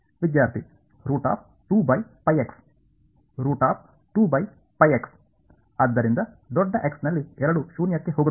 ವಿದ್ಯಾರ್ಥಿ ಆದ್ದರಿಂದ ದೊಡ್ಡ ಎಕ್ಸ್ ನಲ್ಲಿ ಎರಡೂ ಶೂನ್ಯಕ್ಕೆ ಹೋಗುತ್ತವೆ